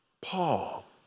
Paul